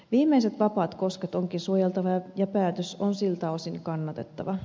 viimeiset vapaat kosket onkin suojeltava ja päätös on siltä osin kannatettava